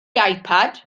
ipad